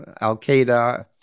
Al-Qaeda